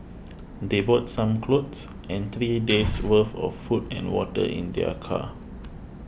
they brought some clothes and three days' worth of food and water in their car